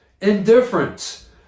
indifference